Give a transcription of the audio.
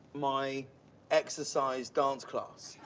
my exercise dance class,